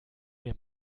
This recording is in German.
mir